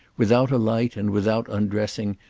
without a light and without undressing,